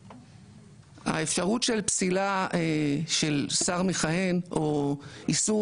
האפשרות של פסילה של שר מכהן או איסור